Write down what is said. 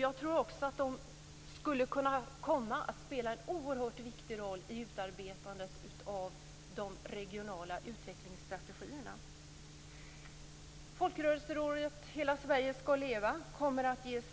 Jag tror också att detta kan komma att spela en oerhört viktig roll i utarbetandet av de regionala utvecklingsstrategierna. Folkrörelserådet Hela Sverige skall leva kommer att ges